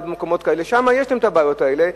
שם יש להם הבעיות האלה,